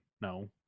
no